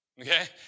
okay